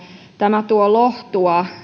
tämä tuo lohtua